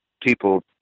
people